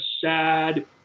sad